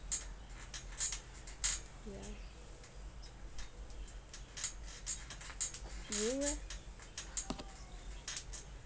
yeah